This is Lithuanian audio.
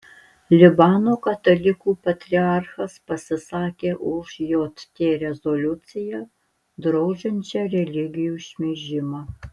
libano katalikų patriarchas pasisakė už jt rezoliuciją draudžiančią religijų šmeižimą